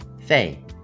Faye